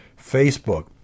Facebook